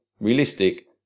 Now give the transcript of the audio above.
realistic